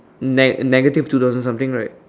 ne~ negative two thousand something right